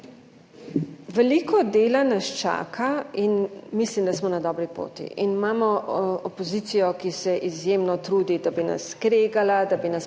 Veliko dela nas čaka in mislim, da smo na dobri poti in imamo opozicijo, ki se izjemno trudi, da bi nas kregala, da bi nas pokazala,